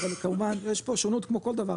אבל כמובן יש פה שונות כמו כל דבר,